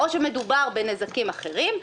או שמדובר בנזקים אחרים,